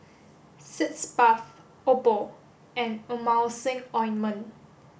Sitz Bath Oppo and Emulsying ointment